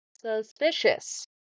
suspicious